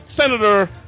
Senator